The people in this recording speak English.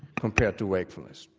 compared to wakefulness.